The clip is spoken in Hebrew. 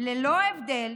ללא הבדל,